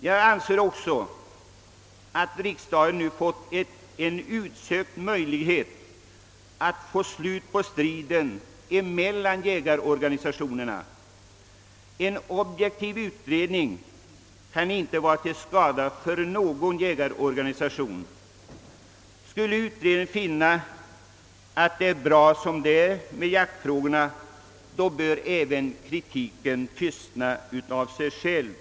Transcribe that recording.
Jag anser också att riksdagen nu fått en utsökt möjlighet att få slut på striden mellan jägarorganisationerna. En objektiv utredning kan inte vara till skada för någon jägarorganisation. Skulle utredningen finna att det är bra som det är med jaktfrågorna bör kritiken tystna av sig själv.